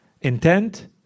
Intent